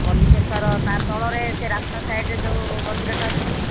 ମଲିକେଶ୍ଵର ତା ତଳରେ ସେ ରାସ୍ତା ସାଇଡ଼ରେ ଯେଉଁ ମନ୍ଦିରଟା ଅଛି